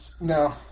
No